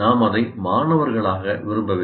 நாம் அதை மாணவர்களாக விரும்பவில்லை